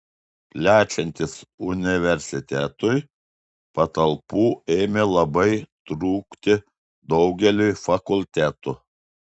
plečiantis universitetui patalpų ėmė labai trūkti daugeliui fakultetų